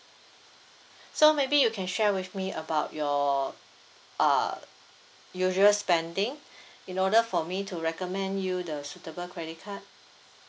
so maybe you can share with me about your uh usual spending in order for me to recommend you the suitable credit card